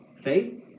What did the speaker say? Faith